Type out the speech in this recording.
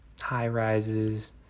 high-rises